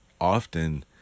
often